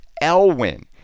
Elwin